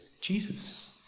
Jesus